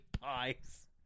Pies